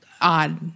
odd